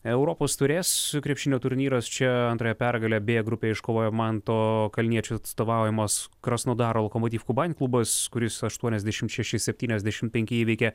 europos taurės krepšinio turnyras čia antrąją pergalę b grupėje iškovojo manto kalniečio atstovaujamas krasnodaro lokomotiv kuban klubas kuris aštuoniasdešimt šeši septyniasdešimt penki įveikė